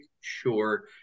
sure